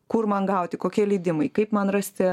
kur man gauti kokie leidimai kaip man rasti